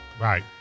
right